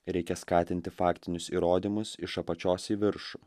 reikia skatinti faktinius įrodymus iš apačios į viršų